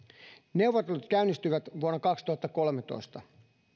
neuvottelut käynnistyivät vuonna kaksituhattakolmetoista